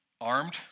armed